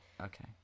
Okay